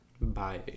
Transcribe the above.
Bye